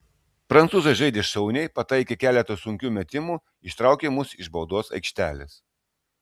prancūzai žaidė šauniai pataikė keletą sunkių metimų ištraukė mus iš baudos aikštelės